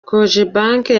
cogebanque